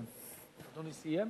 אדוני סיים?